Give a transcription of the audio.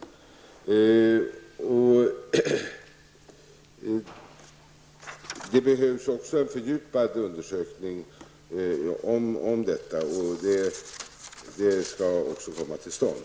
Det behövs också en fördjupad undersökning av detta, och en sådan skall också komma till stånd.